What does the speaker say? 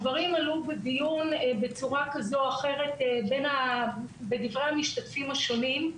הדברים עלו בדיון בצורה כזו או אחרת בדברי המשתתפים השונים.